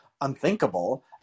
unthinkable